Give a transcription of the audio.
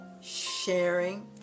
sharing